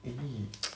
eh B